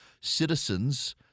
citizens